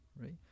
Right